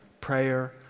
prayer